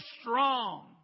strong